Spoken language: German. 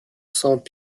saint